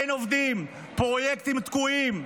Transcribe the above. אין עובדים, פרויקטים תקועים,